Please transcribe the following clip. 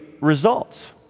results